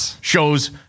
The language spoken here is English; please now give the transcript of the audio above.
shows